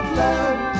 love